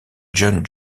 jeune